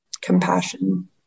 Compassion